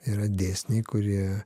yra dėsniai kurie